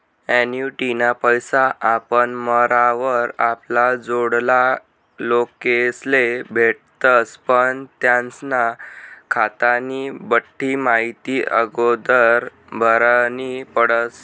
ॲन्युटीना पैसा आपण मरावर आपला जोडला लोकेस्ले भेटतस पण त्यास्ना खातानी बठ्ठी माहिती आगोदर भरनी पडस